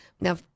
Now